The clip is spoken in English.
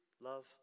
love